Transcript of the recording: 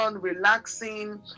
relaxing